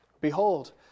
Behold